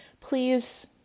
please